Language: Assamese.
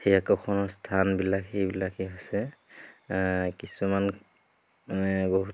সেই আকৰ্ষণৰ স্থানবিলাক সেইবিলাকে হৈছে কিছুমান মানে বহুত